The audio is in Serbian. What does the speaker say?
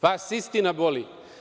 Vas istina boli.